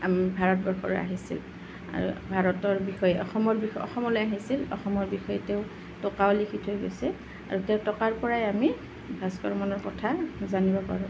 ভাৰতবৰ্ষত আহিছিল আৰু ভাৰতৰ বিষয়ে অসমৰ বিষয়ে অসমলে আহিছিল অসমৰ বিষয়ে তেওঁ টকাও লিখি থৈ গৈছে আৰু তেওঁৰ টকাৰ পৰাই আমি ভাস্কৰ বৰ্মাৰ কথা জানিব পাৰোঁ